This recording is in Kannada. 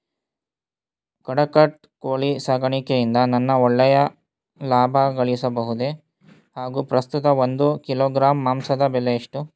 ಕಡಕ್ನಾತ್ ಕೋಳಿ ಸಾಕಾಣಿಕೆಯಿಂದ ನಾನು ಒಳ್ಳೆಯ ಲಾಭಗಳಿಸಬಹುದೇ ಹಾಗು ಪ್ರಸ್ತುತ ಒಂದು ಕಿಲೋಗ್ರಾಂ ಮಾಂಸದ ಬೆಲೆ ಎಷ್ಟು?